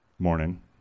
morning